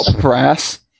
brass